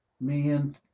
man